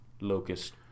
locust